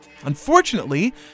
Unfortunately